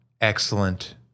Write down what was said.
excellent